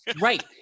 Right